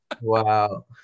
wow